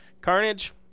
carnage